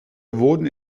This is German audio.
wurden